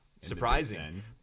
surprising